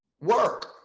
work